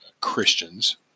Christians